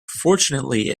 fortunately